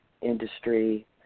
industry